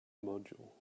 module